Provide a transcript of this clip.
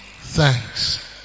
thanks